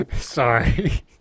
Sorry